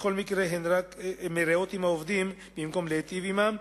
בכל מקרה הן רק מרעות עם העובדים במקום להיטיב עמם,